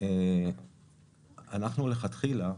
שאנחנו לכתחילה,